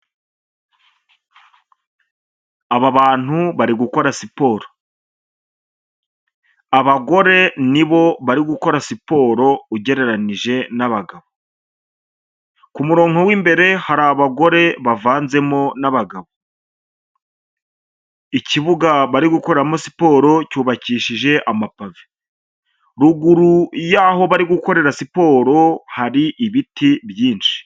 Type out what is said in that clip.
Aba bantu bari gukora siporo abagore nibo bari gukora siporo ugereranyije n’abagabo ku murongo w’imbere hari abagore bavanzemo n’abagabo iki vuga bari gukoreramo siporo cyubakishijwe amapave ruguru yaho bari gukorera siporo hari ibiti byinshi.